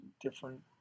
different